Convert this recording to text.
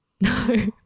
No